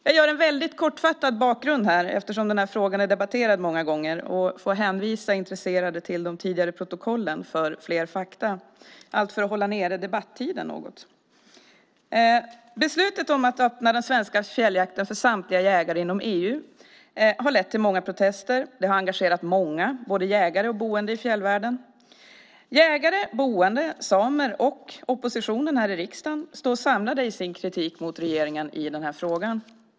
Eftersom frågan har debatterats många gånger ska jag ge en mycket kortfattad bakgrund, och jag hänvisar de intresserade till tidigare protokoll för fler fakta, allt för att något hålla nere debattiden. Beslutet om att öppna den svenska fjälljakten för samtliga jägare inom EU har lett till många protester och engagerat många, både jägare och boende, i fjällvärlden. Jägare, boende, samer och oppositionen i riksdagen står samlade i sin kritik av regeringen i denna fråga.